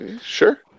Sure